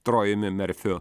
trojumi merfiu